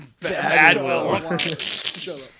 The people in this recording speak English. Badwill